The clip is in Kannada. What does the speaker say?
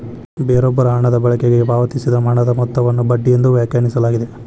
ಬೇರೊಬ್ಬರ ಹಣದ ಬಳಕೆಗಾಗಿ ಪಾವತಿಸಿದ ಹಣದ ಮೊತ್ತವನ್ನು ಬಡ್ಡಿ ಎಂದು ವ್ಯಾಖ್ಯಾನಿಸಲಾಗಿದೆ